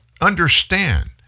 understand